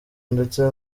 ndetse